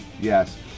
Yes